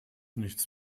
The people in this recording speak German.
nichts